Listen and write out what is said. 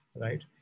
right